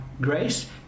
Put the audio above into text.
grace